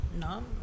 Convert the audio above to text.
No